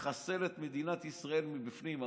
מחסל את מדינת ישראל מבפנים.